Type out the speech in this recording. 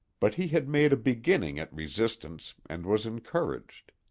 but he had made a beginning at resistance and was encouraged.